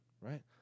Right